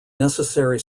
necessary